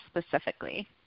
specifically